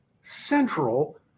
central